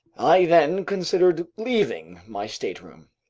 i then considered leaving my stateroom.